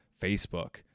Facebook